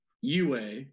UA